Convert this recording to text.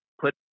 put